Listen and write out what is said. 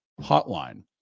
hotline